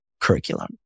curriculum